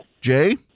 Jay